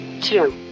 two